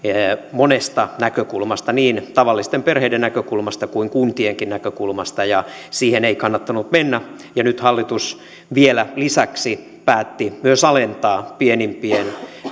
monesta näkökulmasta niin tavallisten perheiden näkökulmasta kuin kuntienkin näkökulmasta ja siihen ei kannattanut mennä nyt hallitus vielä lisäksi päätti myös alentaa